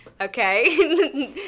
Okay